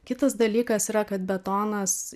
kitas dalykas yra kad betonas